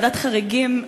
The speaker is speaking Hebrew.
ועדת חריגים,